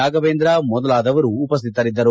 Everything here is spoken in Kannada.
ರಾಘವೇಂದ್ರ ಮೊದಲಾದವರು ಉಪಸ್ಟಿತರಿದ್ದರು